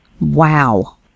Wow